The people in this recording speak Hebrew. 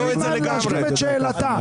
תנו לה זמן להשלים את שאלתה,